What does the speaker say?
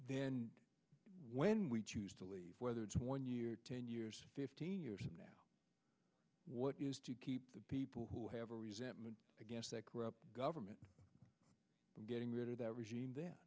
then when we choose to leave whether it's one year ten years fifteen years from now what is to keep the people who have a resentment against that corrupt government getting rid of that regime